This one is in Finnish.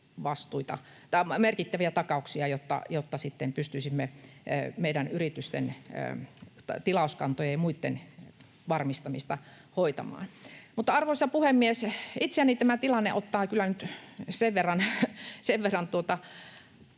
merkittäviä takauksia, jotta sitten pystyisimme meidän yritysten tilauskantojen ja muitten varmistamista hoitamaan. Mutta, arvoisa puhemies, itseäni tämä tilanne ottaa kyllä